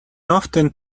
often